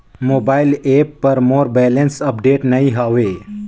mobile app पर मोर balance update नई हवे